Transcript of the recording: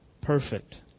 Perfect